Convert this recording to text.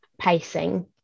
pacing